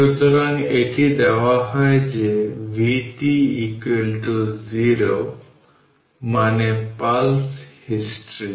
সুতরাং এটি দেওয়া হয় যে vt 0 মানে পালস হিস্ট্রি